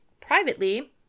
Privately